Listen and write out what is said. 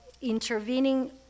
intervening